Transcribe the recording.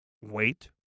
wait